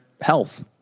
health